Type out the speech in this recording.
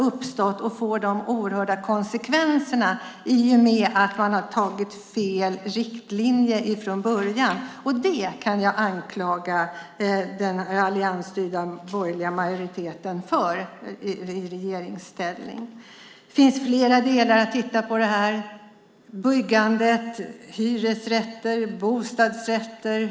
Den får sådana oerhörda konsekvenser i och med att man har tagit fel riktning från början. Det kan jag anklaga den borgerliga majoriteten och regeringen för. Det finns flera delar att titta på i det här. Vi har byggandet av hyresrätter, bostadsrätter.